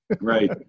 Right